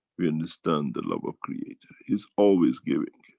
we understand the love of creator. he's always giving.